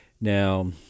Now